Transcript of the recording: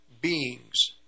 beings